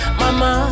mama